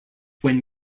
when